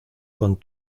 con